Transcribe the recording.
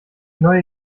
neue